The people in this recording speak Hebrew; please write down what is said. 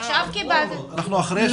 לא, לא.